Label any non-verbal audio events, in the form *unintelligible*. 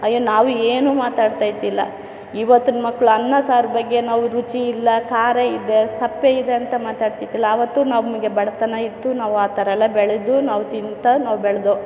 ಅಯ್ಯೊ ನಾವು ಏನು ಮಾತಾಡ್ತಾಯಿದ್ದಿಲ್ಲ ಇವತ್ತಿನ ಮಕ್ಕಳು ಅನ್ನ ಸಾರು ಬಗ್ಗೆ ನಾವು ರುಚಿ ಇಲ್ಲ ಖಾರ ಇದೆ ಸಪ್ಪೆ ಇದೆ ಅಂತ *unintelligible* ಆವತ್ತು ನಮಗೆ ಬಡತನ ಇತ್ತು ನಾವು ಆ ಥರ ಎಲ್ಲ ಬೆಳೆದು ನಾವು ತಿಂತಾ ನಾವು ಬೆಳೆದೋ